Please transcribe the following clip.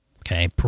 Okay